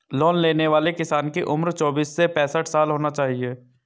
loan लेने वाले किसान की उम्र चौबीस से पैंसठ साल होना चाहिए